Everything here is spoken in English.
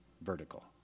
Vertical